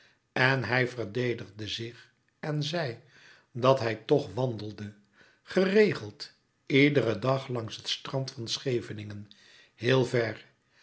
en hij verdedigde zich en zei dat hij toch wandelde geregeld iederen dag langs het strand van scheveningen heel ver